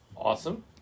awesome